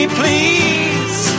please